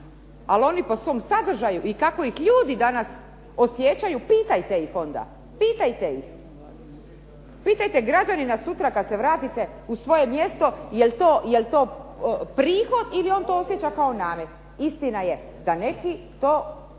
ali oni po svom sadržaju i kako ih ljudi danas osjećaju, pitajte ih onda, pitajte ih. Pitajte građanina sutra kad se vratite u svoje mjesto je li to prihod ili on to osjeća kao namet. Istina je da neki to